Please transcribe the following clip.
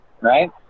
right